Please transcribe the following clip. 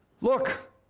Look